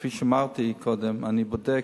כפי שאמרתי קודם, אני בודק.